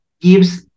gives